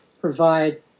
provide